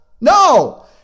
No